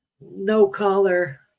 no-collar